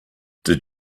did